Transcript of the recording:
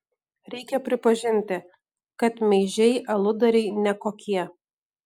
reikia pripažinti kad meižiai aludariai ne kokie